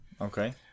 Okay